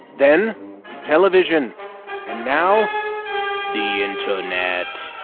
then television and now the internet,